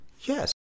Yes